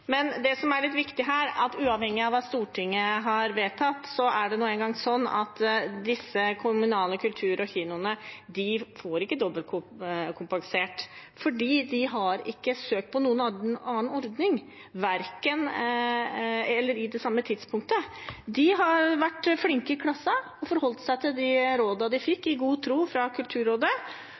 men det som er litt viktig her, er at uavhengig av hva Stortinget har vedtatt, er det nå engang sånn at disse kommunale kulturhusene og kinoene ikke blir dobbeltkompensert, fordi de ikke har søkt på noen annen ordning i samme tidsrom. De har vært flinke i klassen og i god tro forholdt seg til de rådene de fikk